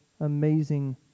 amazing